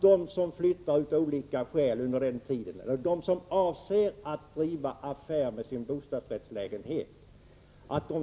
De som av olika skäl flyttar under den tiden eller de som avser att driva affär med sin bostadsrättslägenhet